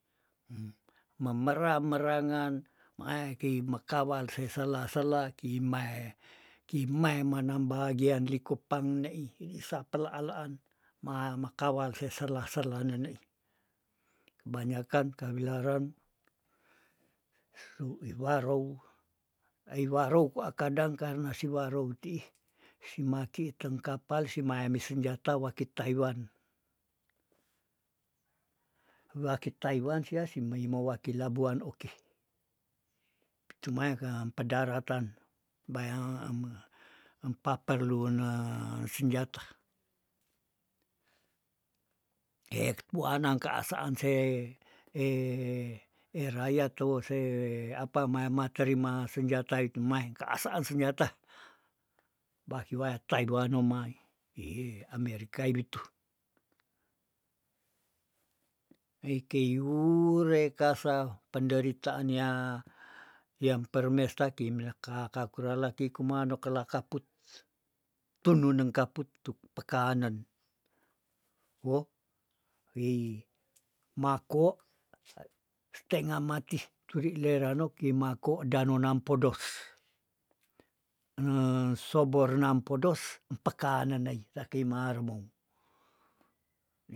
Em memera- merangen mea kei mekawal se sela- sela kei mae kei mae manam bahagian likupang nei disa pelaalaan ma- makawal se sela- sela nenei kebanyakan kawilaren su iwarou ei warou kwa kadang karna si warou tiih si makii teng kapal si mae mi senjata waki taiwan- waki taiwan sia si meimo waki labuan oki cuma yakem pedaratan, bayang ama empa perlune senjata, tek pua nangka asaan se erayat tou se apa mae ma terima senjata wik maengka asaan senjata bakiwaya taiwan nomai hi amerikai bitu, mei keyure kasa penderitaan nya yang permesta kimena ka- kakurala kei kuman no kela kaput tunu neng kaput tup pekanen, woh wei mako stengamati turi lerano kei mako dano nampodos, ene sobor nampodos empekanen nai sakei mar rumou.